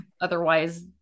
Otherwise